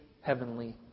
heavenly